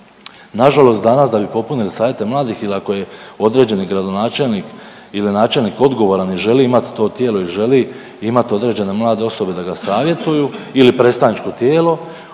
nažalost danas da bi popunili savjete mladih ili ako je određeni gradonačelnik ili načelnik odgovoran i želi imati to tijelo i želi imati određene mlade osobe da ga savjetuju ili predstavničko tijelo,